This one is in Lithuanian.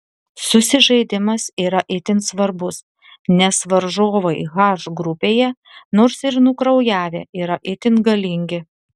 susižaidimas yra itin svarbus nes varžovai h grupėje nors ir nukraujavę yra itin galingi